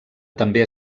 també